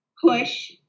push